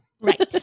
Right